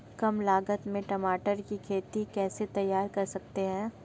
कम लागत में टमाटर की खेती कैसे तैयार कर सकते हैं?